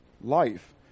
Life